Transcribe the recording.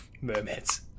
mermaids